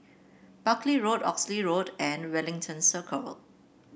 Buckley Road Oxley Road and Wellington Circle